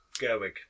Gerwig